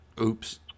Oops